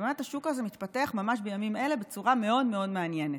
ובאמת השוק הזה מתפתח ממש בימים אלה בצורה מאוד מאוד מעניינת.